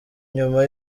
nyuma